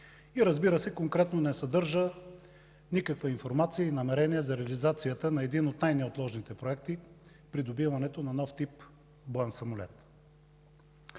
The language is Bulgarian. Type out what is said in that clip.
и, разбира се, конкретно не съдържа никаква информация и намерение за реализацията на един от най-неотложните проекти – придобиването на нов тип боен самолет.